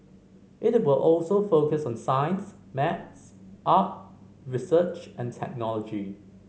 it will also focus on science maths art research and technology